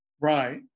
Right